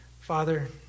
Father